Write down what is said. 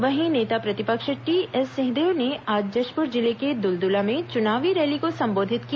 वहीं नेता प्रतिपक्ष टीएस सिंहदेव ने आज जशपुर जिले के दुलदुला में चुनावी रैली को संबोधित किया